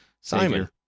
Simon